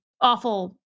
awful